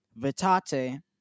Vitate